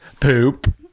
Poop